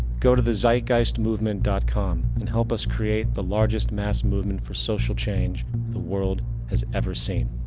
go to the thezeitgeistmovement dot com and help us create the largest mass movement for social change the world has ever seen.